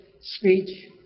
speech